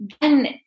then-